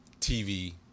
TV